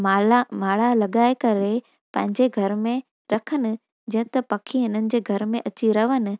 माला माणा लॻाए करे पंहिंजे घर में रखनि जीअं त पखी इन्हनि जे घर में अची रहन